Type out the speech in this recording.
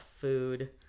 food